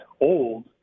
old